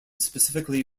specifically